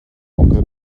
onkel